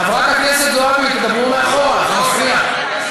חברת הכנסת זועבי, תדברו מאחור, זה מפריע.